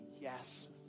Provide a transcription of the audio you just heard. yes